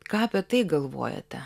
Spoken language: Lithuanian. ką apie tai galvojate